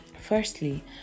firstly